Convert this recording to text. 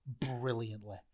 brilliantly